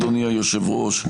אדוני היושב-ראש,